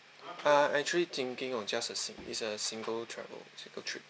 uh I'm actually thinking of just a si~ is a single travel single trip